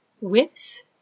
whips